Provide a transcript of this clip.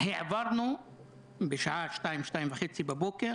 העברנו בשעה 02:30 בבוקר